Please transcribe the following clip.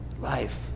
Life